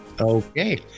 Okay